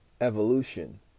evolution